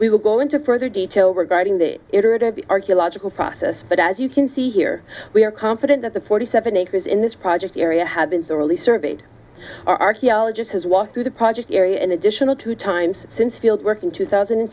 we will go into further detail regarding the iterator the archaeological process but as you can see here we are confident that the forty seven acres in this project area have been thoroughly surveyed archaeologist has walked through the project area an additional two times since field work in two thousand and